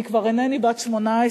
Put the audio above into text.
אני כבר אינני בת 18,